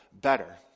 better